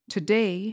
Today